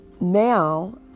Now